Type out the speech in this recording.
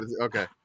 Okay